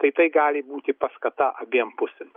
tai tai gali būti paskata abiem pusėm